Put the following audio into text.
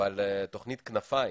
אבל תוכנית "כנפיים",